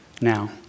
Now